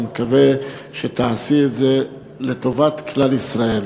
ואני מקווה שתעשי את זה לטובת כלל ישראל.